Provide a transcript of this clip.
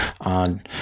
On